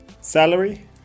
Salary